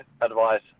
advice